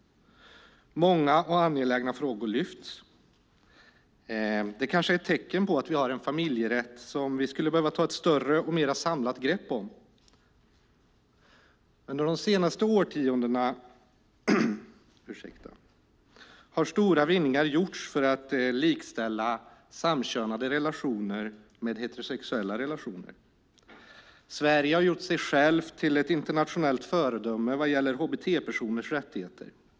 Många och angelägna frågor lyfts fram. Det kanske är ett tecken på att vi har en familjerätt som vi skulle behöva ta ett större och mer samlat grepp om. Under de senaste årtiondena har stora vinningar gjorts för att likställa samkönade relationer med heterosexuella relationer. Sverige har gjort sig självt till ett internationellt föredöme vad gäller hbt-personers rättigheter.